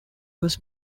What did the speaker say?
was